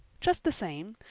just the same,